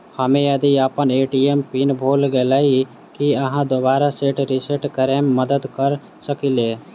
हम्मे यदि अप्पन ए.टी.एम पिन भूल गेलियै, की अहाँ दोबारा सेट रिसेट करैमे मदद करऽ सकलिये?